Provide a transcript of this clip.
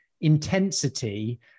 intensity